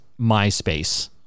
MySpace